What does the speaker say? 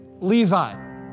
Levi